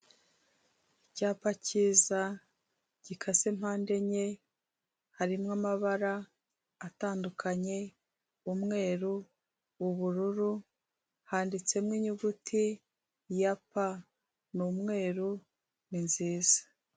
Icyapa kiza gikase mpande enye harimo amabara atandukanye, umweru ubururu handitsemo inyuguti ya ni umweruru ni nziza.